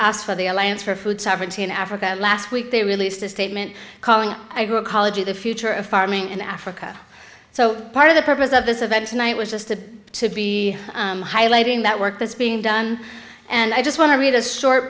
for the alliance for food sovereignty in africa last week they released a statement calling a group college the future of farming in africa so part of the purpose of this event tonight was just to to be highlighting that work that's being done and i just want to read a short